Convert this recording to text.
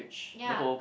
ya